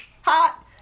hot